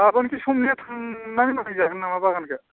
गोबोनखि समनिया थांनानै नायजागोन नामा बागानखौ